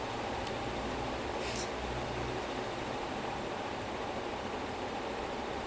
eh but I feel like ned stark was a good guy though like they shouldn't have killed him like that